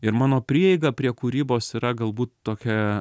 ir mano prieiga prie kūrybos yra galbūt tokia